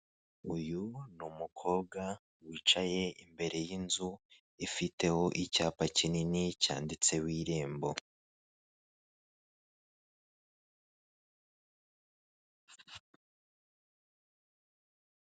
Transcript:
Uyu ni umukobwa wicaye imbere yinzu ifiteho icyapa kinini cyanditseho irembo.